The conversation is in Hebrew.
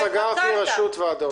אתה התפצלת.